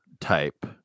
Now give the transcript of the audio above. type